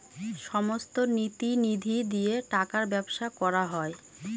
সমস্ত নীতি নিধি দিয়ে টাকার ব্যবসা করা হয়